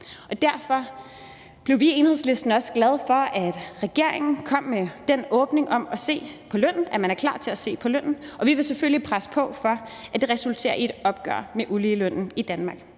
Derfor blev vi i Enhedslisten også glade for, at regeringen kom med den åbning om at se på lønnen, altså at man er klar til at se på lønnen, og vi vil selvfølgelig presse på for, at det resulterer i et opgør med uligelønnen i Danmark.